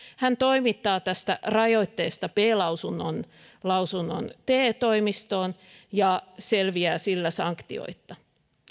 hän toimittaa tästä rajoitteesta b lausunnon lausunnon te toimistoon ja selviää sillä sanktioitta